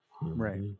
Right